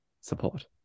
support